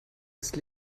ist